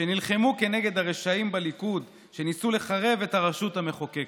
שנלחמו כנגד הרשעים בליכוד שניסו לחרב את הרשות המחוקקת.